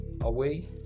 away